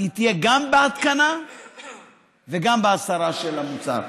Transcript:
היא תהיה גם בהתקנה וגם בהסרה של המוצר.